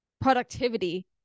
productivity